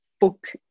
book